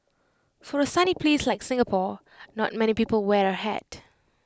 for A sunny place like Singapore not many people wear A hat